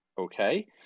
Okay